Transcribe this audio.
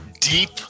deep